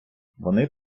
вони